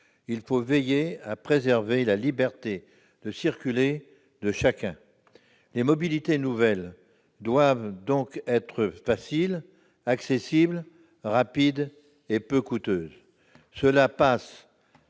il faut veiller à préserver la liberté de circuler de chacun. Les mobilités nouvelles doivent donc être faciles, accessibles, rapides et peu coûteuses. Tout à